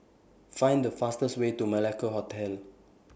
Find The fastest Way to Malacca Hotel